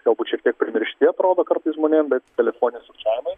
galbūt šiek tiek primišti atrodo kartais žmonėm bet telefoniniai sukčiavimai